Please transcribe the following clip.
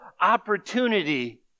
opportunity